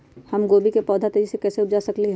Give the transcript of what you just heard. हम गोभी के पौधा तेजी से कैसे उपजा सकली ह?